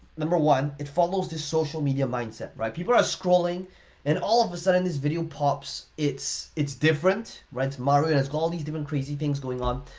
number one, it follows this social media mindset, right? people are scrolling and all of a sudden this video pops. it's it's different, right? it's mario and has got all these different crazy things going on.